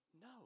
No